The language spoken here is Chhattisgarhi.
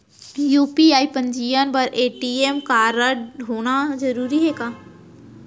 यू.पी.आई पंजीयन बर ए.टी.एम कारडहोना जरूरी हे का?